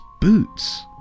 boots